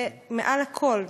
זה מעל הכול.